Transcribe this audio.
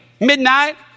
Midnight